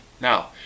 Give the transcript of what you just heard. now